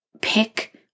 pick